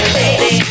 baby